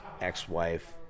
ex-wife